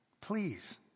please